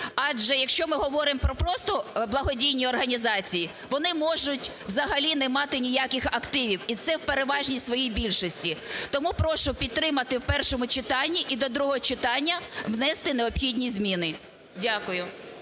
Адже, якщо ми говоримо про просто благодійні організації, вони можуть взагалі не мати ніяких активів, і це в переважній своїй більшості. Тому прошу підтримати в першому читанні і до другого читання внести необхідні зміни. Дякую.